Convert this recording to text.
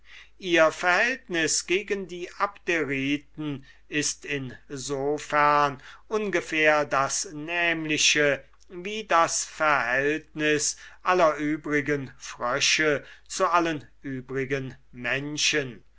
ihr verhältnis gegen die abderiten ist in so fern ungefähr das nämliche wie das verhältnis aller übrigen frösche zu allen übrigen menschen